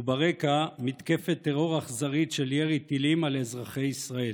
וברקע מתקפת טרור אכזרית של ירי טילים על אזרחי ישראל.